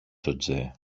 τζοτζέ